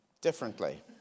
differently